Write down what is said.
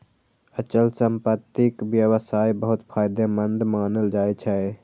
अचल संपत्तिक व्यवसाय बहुत फायदेमंद मानल जाइ छै